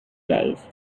days